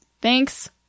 Thanks